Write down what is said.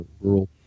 rural